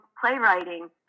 playwriting